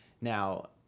Now